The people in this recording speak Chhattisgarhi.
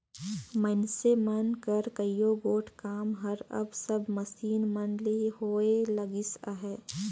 मइनसे मन कर कइयो गोट काम हर अब सब मसीन मन ले ही होए लगिस अहे